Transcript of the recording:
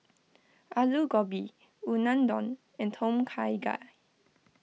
Alu Gobi Unadon and Tom Kha Gai